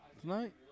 tonight